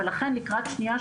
ולכן לקראת שנייה,